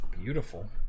beautiful